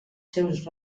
seus